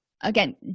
again